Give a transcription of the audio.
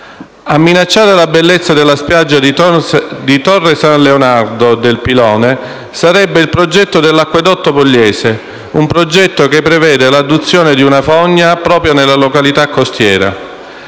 A minacciare la bellezza della spiaggia di Torre San Leonardo-Il Pilone sarebbe il progetto dell’Acquedotto pugliese, un progetto che prevede l’adduzione di una fogna proprio nella localita costiera.